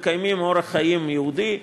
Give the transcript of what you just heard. ומקיימים אורח חיים יהודי,